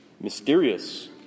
mysterious